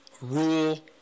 rule